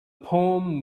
poem